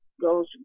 goes